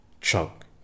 Chuck